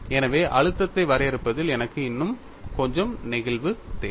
எனவே அழுத்தத்தை வரையறுப்பதில் எனக்கு இன்னும் கொஞ்சம் நெகிழ்வு தேவை